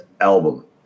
album